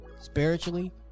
Spiritually